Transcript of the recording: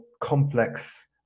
complex